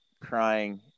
crying